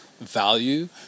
value